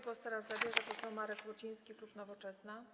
Głos zabierze poseł Marek Ruciński, klub Nowoczesna.